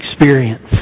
experience